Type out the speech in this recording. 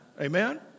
Amen